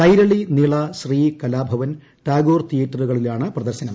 കൈരളി നിള ശ്രീ കലാഭവൻ ടാഗോർ എന്നീ തീയറ്ററുകളിലാണ് പ്രദർശനം